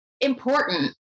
important